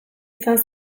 izan